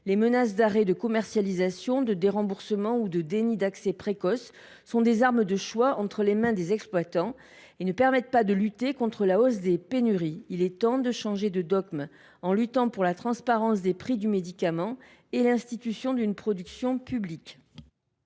Les menaces d’arrêt de commercialisation, de déremboursement ou de déni d’accès précoce à un médicament sont des armes de choix entre les mains des exploitants et ne permettent pas de lutter contre la hausse des pénuries. Il est temps de changer de dogme, en luttant pour la transparence du prix des médicaments et l’institution d’une production publique.